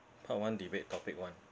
part one debate topic one